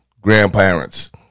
grandparents